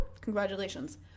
Congratulations